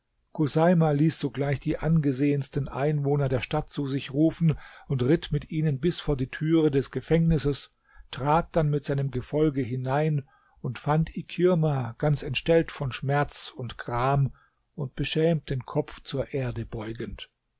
ließ sogleich die angesehensten einwohner der stadt zu sich rufen und ritt mit ihnen bis vor die türe des gefängnisses trat dann mit seinem gefolge hinein und fand ikirma ganz entstellt von schmerz und gram und beschämt den kopf zur erde beugend